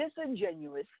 disingenuous